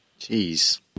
Jeez